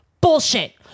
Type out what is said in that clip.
Bullshit